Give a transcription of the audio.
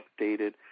updated